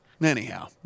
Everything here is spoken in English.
Anyhow